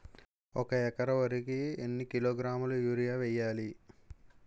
ఒక ఎకర వరి కు ఎన్ని కిలోగ్రాముల యూరియా వెయ్యాలి?